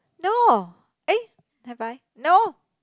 no eh have I no